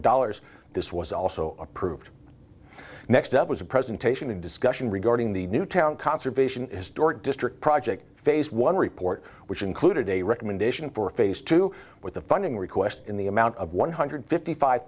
dollars this was also approved next up was a presentation in discussion regarding the newtown conservation historic district project phase one report which included a recommendation for phase two with the funding request in the amount of one hundred fifty five